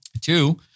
Two